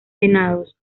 venados